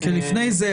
כי לפני זה,